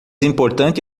importante